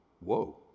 whoa